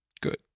good